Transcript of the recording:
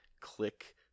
click